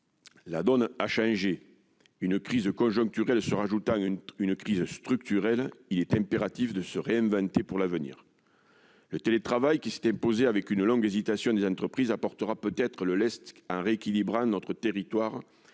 la donne a changé. Une crise conjoncturelle s'ajoutant à une crise structurelle, il est impératif de se réinventer pour l'avenir. Le télétravail, qui s'est imposé après une longue hésitation des entreprises, apportera peut-être du lest et permettra de rééquilibrer notre territoire,